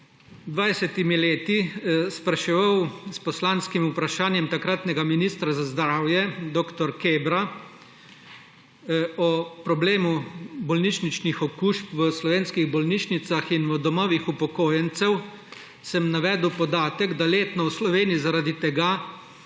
skoraj 20 leti spraševal s poslanskim vprašanjem takratnega ministra za zdravje dr. Kebra o problemu bolnišničnih okužb v slovenskih bolnišnicah in v domovih upokojencev, sem navedel podatek, da letno v Sloveniji zaradi tega